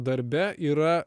darbe yra